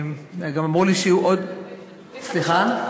גם אמרו לי שיהיו עוד, אם החדשות טובות, סליחה?